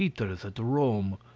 peter's at rome.